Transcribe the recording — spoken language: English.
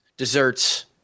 desserts